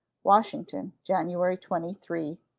washington, january twenty three,